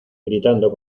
gritando